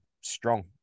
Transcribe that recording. strong